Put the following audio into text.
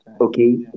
okay